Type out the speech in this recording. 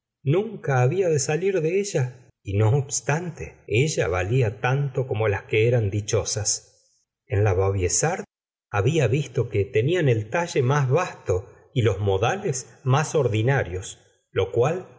nunca habla de salir de ella y no obstante ella valía tanto como las que eran dichosas en la vau byessard había visto que tenían el talle más basto y los modales más ordinarios lo cual